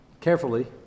carefully